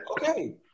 Okay